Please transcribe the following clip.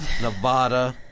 Nevada